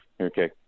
Okay